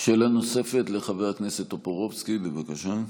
שאלה נוספת, לחבר הכנסת טופורובסקי, בבקשה.